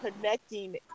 connecting